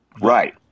right